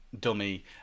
dummy